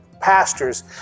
pastors